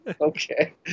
Okay